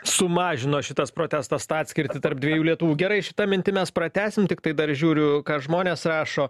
sumažino šitas protestas tą atskirtį tarp dviejų lietuvų gerai šita mintim mes pratęsim tiktai dar žiūriu ką žmonės rašo